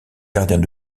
gardiens